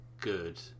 good